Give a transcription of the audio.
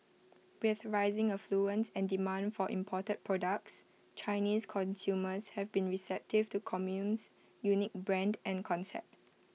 with rising affluence and demand for imported products Chinese consumers have been receptive to Commune's unique brand and concept